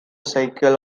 cycle